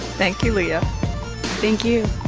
thank you, leah thank you